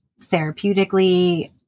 therapeutically